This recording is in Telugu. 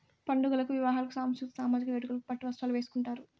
పండుగలకు వివాహాలకు సాంస్కృతిక సామజిక వేడుకలకు పట్టు వస్త్రాలు వేసుకుంటారు